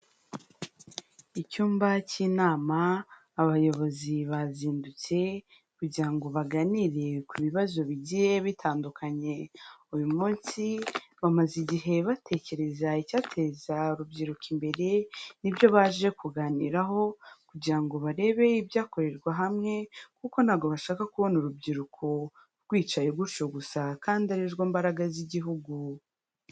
Icyumba cy'inama, abayobozi bazindutse kugira ngo baganire ku bibazo bigiye bitandukanye. Uyu munsi bamaze igihe batekereza icyateza urubyiruko imbere, ni byo baje kuganiraho kugira ngo barebe ibyakorerwa hamwe kuko ntabwo bashaka kubona urubyiruko rwicaye gutyo gusa kandi ari rwo mbaraga z'Igihugu.